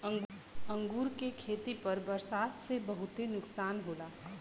अंगूर के खेती पर बरसात से बहुते नुकसान होला